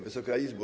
Wysoka Izbo!